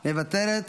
מוותרת,